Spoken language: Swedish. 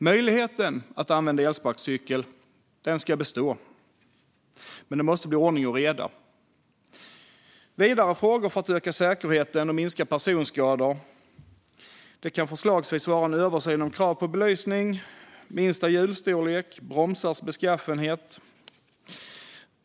Möjligheten att använda elsparkcykel ska bestå, men det måste bli ordning och reda. Vidare frågor för att öka säkerheten och minska personskadorna kan förslagsvis vara en översyn om krav på belysning, minsta hjulstorlek och bromsarnas beskaffenhet.